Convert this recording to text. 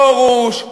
פרוש?